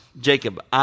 Jacob